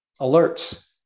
alerts